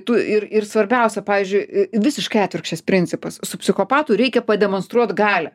tu ir ir svarbiausia pavyzdžiui visiškai atvirkščias principas su psichopatu reikia pademonstruot galią